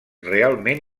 realment